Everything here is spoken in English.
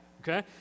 okay